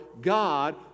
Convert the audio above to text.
God